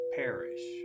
perish